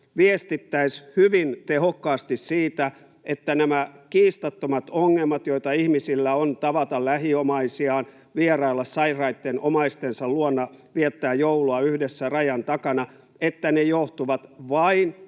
viestittäisiin hyvin tehokkaasti siitä, että nämä kiistattomat ongelmat, joita ihmisillä on tavata lähiomaisiaan, vierailla sairaitten omaistensa luona, viettää joulua yhdessä rajan takana, johtuvat vain